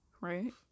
Right